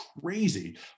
crazy